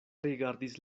rigardis